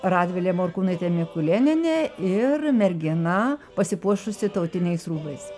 radvilė morkūnaitė mikulėnienė ir mergina pasipuošusi tautiniais rūbais